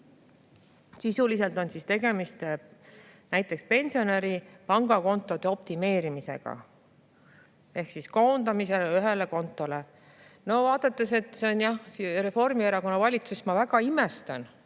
Sisuliselt on tegemist näiteks pensionäri pangakontode optimeerimisega ehk siis koondamisega ühele kontole. No [teades], et see on Reformierakonna valitsus, ma väga imestan,